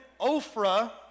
Ophrah